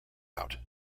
out